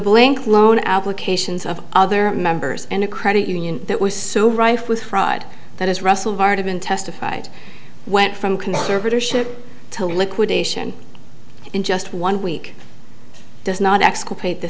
blink loan applications of other members and a credit union that was so rife with fraud that is russell martin testified went from conservatorship to liquidation in just one week does not exculpate th